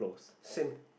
same